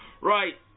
right